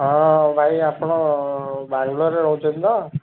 ହଁ ଭାଇ ଆପଣ ବାଗଗଡ଼ରେ ରହୁଛନ୍ତି ତ